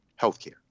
healthcare